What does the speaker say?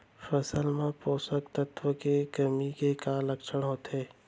फसल मा पोसक तत्व के कमी के का लक्षण होथे?